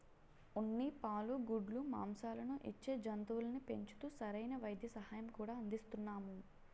ఉన్ని, పాలు, గుడ్లు, మాంససాలను ఇచ్చే జంతువుల్ని పెంచుతూ సరైన వైద్య సహాయం కూడా అందిస్తున్నాము